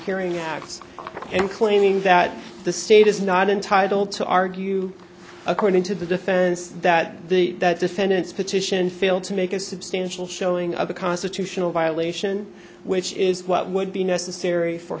hearing x and claiming that the state is not entitled to argue according to the defense that the defendant's petition failed to make a substantial showing of the constitutional violation which is what would be necessary for